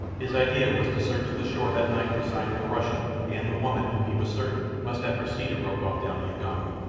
his idea was to search the shore that night for signs of the russian and the woman who he was certain must have preceded rokoff down the ugambi.